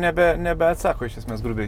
nebe nebeatsako iš esmės grubiai